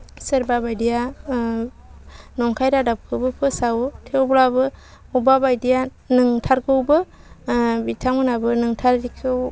सोरबा बायदिया नंखाय रादाबखौबो फोसावो थेवब्लाबो बबेबा बायदिया नोंथारगौबो बिथांमोनाबो नोंथारैखौ